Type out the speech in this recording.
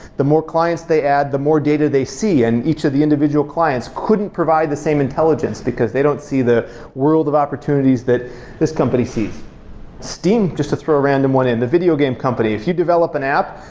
the more clients they add, the more data they see, and each of the individual clients couldn't provide the same intelligence, because they don't see the world of opportunities that this company sees steam, just to throw a random one in, the video game company if you develop an app,